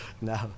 No